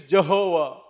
Jehovah